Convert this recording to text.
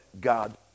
God